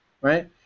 Right